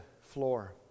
floor